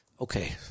okay